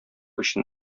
өчен